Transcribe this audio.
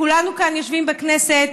כולנו כאן יושבים בכנסת,